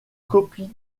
copie